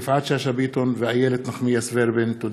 יפעת שאשא ביטון ואיילת נחמיאס ורבין בנושא: